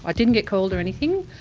ah didn't get called or anything.